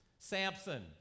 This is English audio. Samson